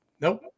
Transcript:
Nope